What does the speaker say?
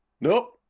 Nope